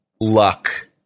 luck